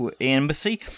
embassy